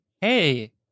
Hey